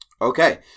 Okay